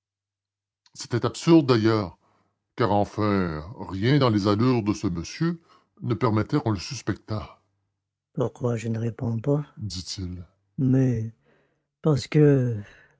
c'était absurde d'ailleurs car enfin rien dans les allures de ce monsieur ne permettait qu'on le suspectât pourquoi je ne réponds pas dit-il mais parce que